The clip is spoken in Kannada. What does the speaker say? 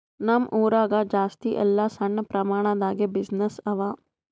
ನಮ್ ಊರಾಗ ಜಾಸ್ತಿ ಎಲ್ಲಾ ಸಣ್ಣ ಪ್ರಮಾಣ ದಾಗೆ ಬಿಸಿನ್ನೆಸ್ಸೇ ಅವಾ